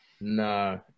No